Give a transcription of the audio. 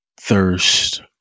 thirst